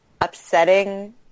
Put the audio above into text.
upsetting